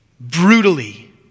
brutally